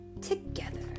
together